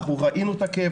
אנחנו ראינו את הכאב,